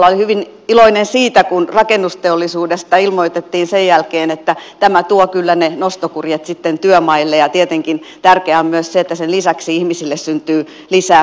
olin hyvin iloinen siitä kun rakennusteollisuudesta ilmoitettiin sen jälkeen että tämä tuo kyllä ne nostokurjet sitten työmaille ja tietenkin tärkeää on myös se että sen lisäksi ihmisille syntyy lisää koteja